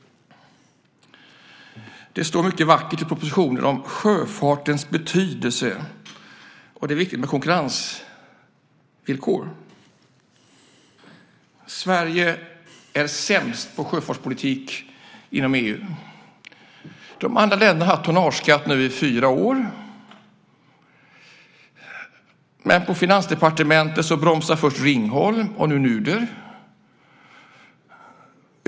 Det står mycket vackert i propositionen om sjöfartens betydelse och att det är viktigt med konkurrensvillkor. Sverige är sämst på sjöfartspolitik inom EU. De andra länderna har haft tonnageskatt i fyra år. Men på Finansdepartementet bromsade först Ringholm - och nu Nuder.